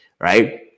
right